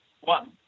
One